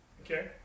Okay